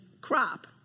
crop